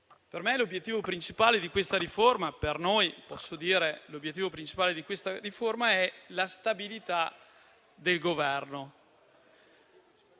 per noi, l'obiettivo principale di questa riforma è la stabilità del Governo.